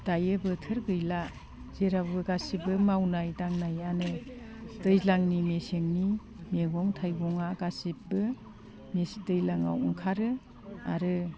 दायो बोथोर गैला जेरावबो गासैबो मावनाय दांनायानो दैज्लांनि मेसेंनि मैगं थाइगङा गासैबो दैज्लाङाव ओंखारो आरो